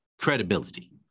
credibility